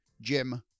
Jim